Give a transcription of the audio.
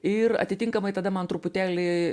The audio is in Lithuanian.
ir atitinkamai tada man truputėlį